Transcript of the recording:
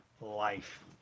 life